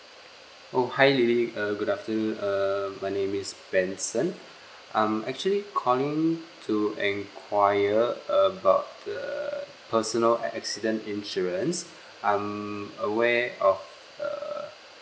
oh hi lily uh good afternoon uh my name is benson I'm actually calling to enquiry about err personal accident insurance I'm aware of uh